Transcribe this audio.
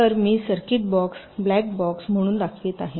तर मी circuit box black box म्हणून दाखवित आहे